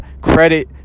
credit